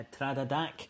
Tradadak